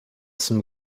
some